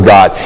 God